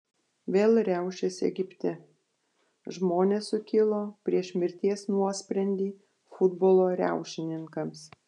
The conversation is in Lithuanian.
vėl riaušės egipte žmonės sukilo prieš mirties nuosprendį futbolo riaušininkams